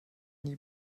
nie